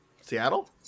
Seattle